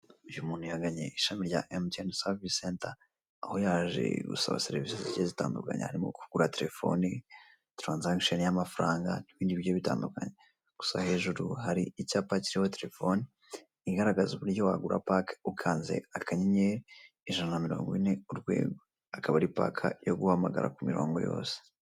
Uyu muntu yaganye ishami rya emutiyeni serivise senta, aho yaje gusaba serivise zigiye zitandukanye harimo kugura telefone, taransakisheni y'amafaranga n'ibindi bigiye bitandukanye. Gusa hejuru hari icyapa kiriho telefone igaragaza uburyo wagura pake ukanze akanyenyeri ijana na mirongo ine urwego akaba ari pake yo guhamagara ku mirongo yose.